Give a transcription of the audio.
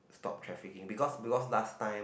stop trafficking because because last time